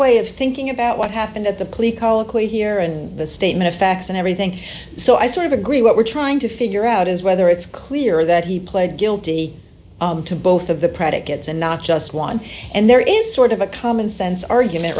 way of thinking about what happened at the police colloquy here and the statement of facts and everything so i sort of agree what we're trying to figure out is whether it's clear that he pled guilty to both of the predicates and not just one and there is sort of a common sense argument